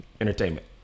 entertainment